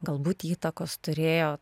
galbūt įtakos turėjo